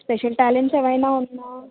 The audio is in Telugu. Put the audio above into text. స్పెషల్ టాలెంట్స్ ఏమైనా ఉన్నాయా